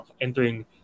entering